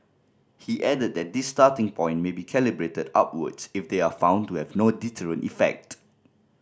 he added that this starting point may be calibrated upwards if they are found to have no deterrent effect